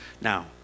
Now